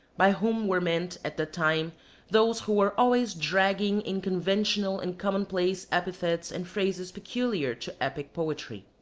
by whom were meant at that time those who were always dragging in conventional and commonplace epithets and phrases peculiar to epic poetry.